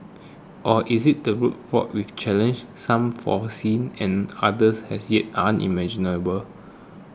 or is it the road fraught with challenges some foreseen and others as yet unimaginable